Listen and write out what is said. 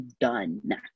Done